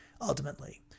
ultimately